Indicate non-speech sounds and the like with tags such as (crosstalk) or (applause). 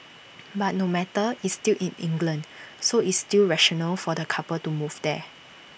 (noise) but no matter it's still in England so it's still rational for the couple to move there